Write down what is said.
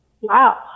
wow